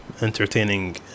Entertaining